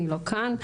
שלא כאן.